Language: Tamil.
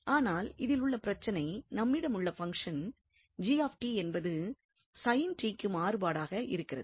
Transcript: ஆனால் இதில் உள்ள பிரச்சனை நம்மிடம் உள்ள பங்ஷன் g என்பது sin t க்கு மாறுபட்டதாக இருக்கிறது